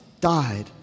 died